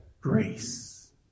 grace